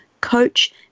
coach